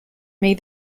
made